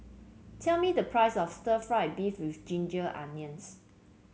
tell me the price of stir fry beef with Ginger Onions